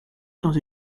dans